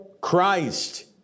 Christ